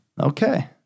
Okay